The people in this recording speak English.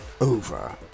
over